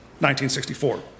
1964